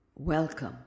Welcome